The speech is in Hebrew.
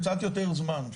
קצת יותר זמן.